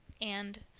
and,